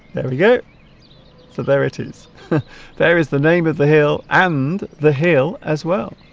there we go the verities there is the name of the hill and the hill as well